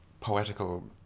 poetical